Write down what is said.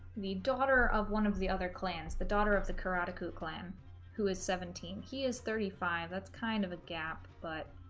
the daughter of one of the other clans the daughter of the karateka clan who is seventeen he is thirty five that's kind of a gap but